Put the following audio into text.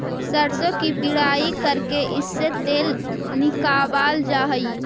सरसों की पिड़ाई करके इससे तेल निकावाल जा हई